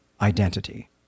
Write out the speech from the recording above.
identity